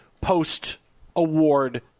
post-award